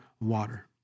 water